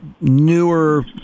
newer